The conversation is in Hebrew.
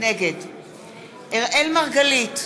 נגד אראל מרגלית,